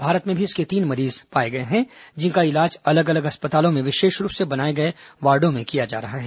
भारत में भी इसके तीन मरीज पाए गए हैं जिनका इलाज अलग अलग अस्पतालों में विशेष रूप से बनाए गए वार्डों में किया जा रहा है